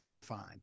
fine